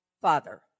father